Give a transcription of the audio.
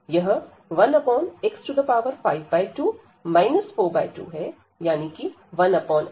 यह 1 x52 4 2 है यानी कि 1x